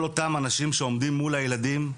כל אותם אנשים שעומדים מול הילדים,